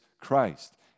Christ